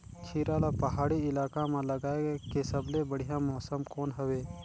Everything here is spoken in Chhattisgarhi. खीरा ला पहाड़ी इलाका मां लगाय के सबले बढ़िया मौसम कोन हवे?